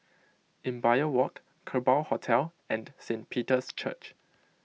Imbiah Walk Kerbau Hotel and Saint Peter's Church